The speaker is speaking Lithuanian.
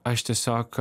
aš tiesiog